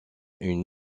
une